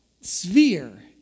sphere